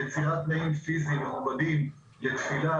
יצירת תנאים פיסיים מכובדים לתפילה,